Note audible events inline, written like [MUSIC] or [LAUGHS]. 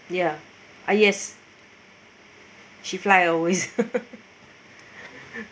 ya ah yes she fly always [LAUGHS]